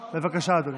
בבקשה, אדוני.